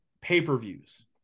pay-per-views